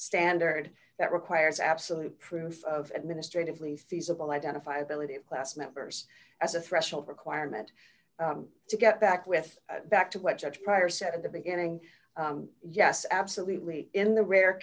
standard that requires absolute proof of administratively feasible identifiability of class members as a threshold requirement to get back with back to what judge pryor said in the beginning yes absolutely in the rare